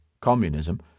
communism